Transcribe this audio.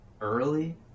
early